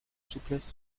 souplesse